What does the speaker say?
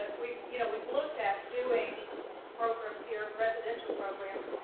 we've you know we've looked at doing programs here, residential programs,